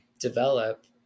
develop